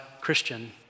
Christian